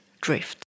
drift